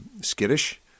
skittish